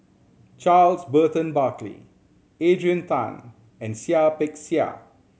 Charles Burton Buckley Adrian Tan and Seah Peck Seah